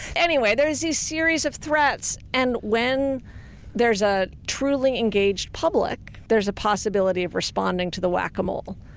anyway there is these series of threats and when there's a truly engaged public, there's a possibility of responding to the whack-a-mole.